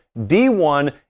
d1